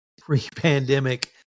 pre-pandemic